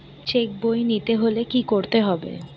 Check বই নিতে হলে কি করতে হবে?